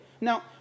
Now